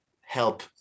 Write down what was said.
help